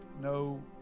No